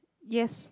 yes